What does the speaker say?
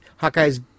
Hawkeye's